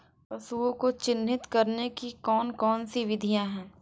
पशुओं को चिन्हित करने की कौन कौन सी विधियां हैं?